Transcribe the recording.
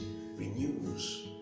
renews